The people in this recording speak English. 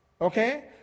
okay